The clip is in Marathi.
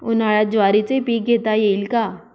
उन्हाळ्यात ज्वारीचे पीक घेता येईल का?